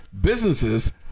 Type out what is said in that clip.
Businesses